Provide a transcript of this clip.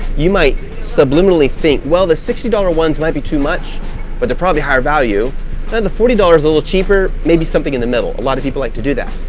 you might subliminally think, well the sixty dollars ones might be too much but they're probably higher value than the forty dollars a little cheaper, maybe something in the middle. a lot of people like to do that.